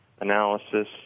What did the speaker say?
analysis